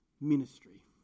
ministry